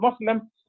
Muslim